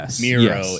Miro